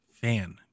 fan